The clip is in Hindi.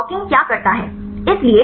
तो डॉकिंग क्या करता है